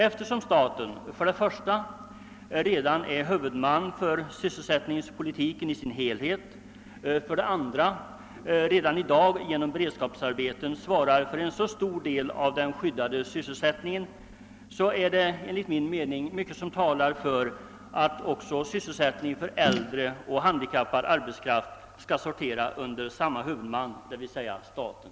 Eftersom staten för det första redan är huvudman för sysselsättningspolitiken i dess helhet och för det andra genom beredskapsarbeten svarar för en så stor del av den skyddade sysselsättningen är det enligt min mening mycket som talar för att också sysselsättningen för äldre och handikappad arbetskraft skall sortera under samma huvudman, dvs. staten.